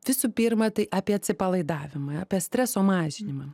visų pirma tai apie atsipalaidavimą apie streso mažinimą